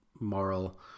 moral